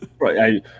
Right